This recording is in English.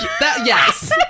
Yes